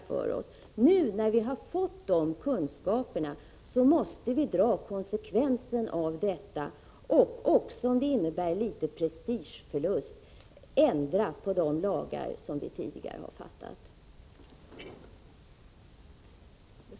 När vi nu har fått de kunskaperna måste vi dra konsekvensen av detta och, även om det innebär en prestigeförlust, ändra de lagar som vi tidigare har fattat beslut om.